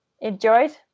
enjoyed